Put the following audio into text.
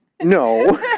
No